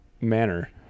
manner